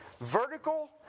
vertical